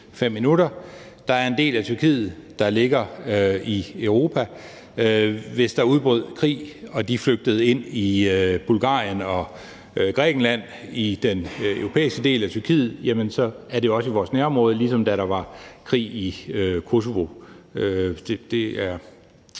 Der er en del af Tyrkiet, der ligger i Europa, og hvis der udbrød krig og de flygtede ind i Bulgarien og Grækenland fra den europæiske del af Tyrkiet, jamen så er det også i vores nærområde, ligesom da der var krig i Kosovo.